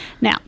Now